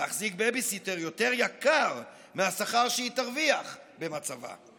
להחזיק בייביסיטר יותר יקר מהשכר שהיא תרוויח במצבה.